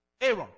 Aaron